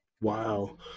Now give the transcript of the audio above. Wow